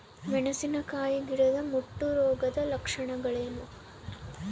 ಮೆಣಸಿನಕಾಯಿ ಗಿಡದ ಮುಟ್ಟು ರೋಗದ ಲಕ್ಷಣಗಳೇನು?